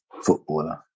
footballer